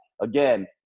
again